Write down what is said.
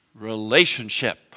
Relationship